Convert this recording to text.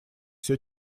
все